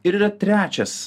ir yra trečias